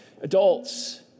Adults